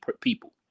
people